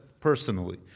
personally